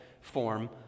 form